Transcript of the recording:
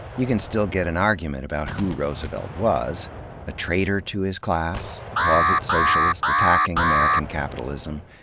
you can still get an argument about who roosevelt was a traitor to his class, a closet socialist attacking american capitalism.